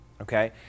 Okay